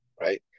right